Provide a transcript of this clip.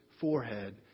forehead